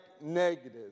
negative